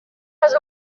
les